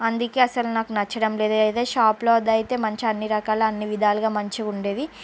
అందుకని అసలు నాకు నచ్చడం లేదు ఏదో షాప్లోది అయితే మంచిగా అన్నీ రకాల అన్నీ విధాలుగా మంచిగా ఉండేది